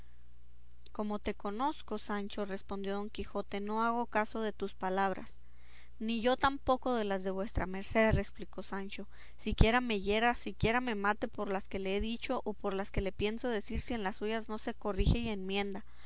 como te conozco sancho respondió don quijote no hago caso de tus palabras ni yo tampoco de las de vuestra merced replicó sancho siquiera me hiera siquiera me mate por las que le he dicho o por las que le pienso decir si en las suyas no se corrige y enmienda